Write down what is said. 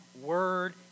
word